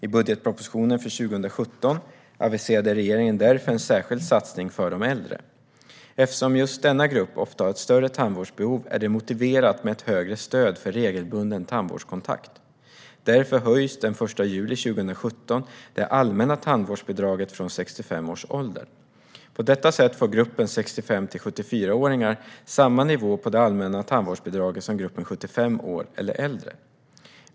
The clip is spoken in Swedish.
I budgetpropositionen för 2017 aviserade regeringen därför en särskild satsning för de äldre. Eftersom just denna grupp ofta har ett större tandvårdsbehov är det motiverat med ett högre stöd för regelbunden tandvårdskontakt. Därför höjs den 1 juli 2017 det allmänna tandvårdsbidraget från 65 års ålder. På detta sätt får gruppen 65-74-åringar samma nivå på det allmänna tandvårdsbidraget som gruppen 75 år eller äldre.